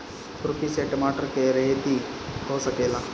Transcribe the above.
खुरपी से टमाटर के रहेती हो सकेला?